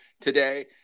today